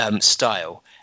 style